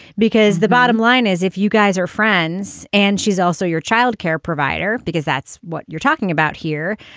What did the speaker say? because the bottom line is, if you guys are friends and she's also your child care provider, because that's what you're talking about here,